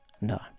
No